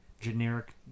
Generic